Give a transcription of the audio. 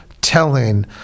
telling